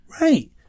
right